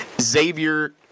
Xavier